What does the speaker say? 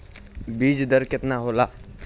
बीज दर केतना होला?